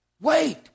Wait